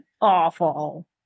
awful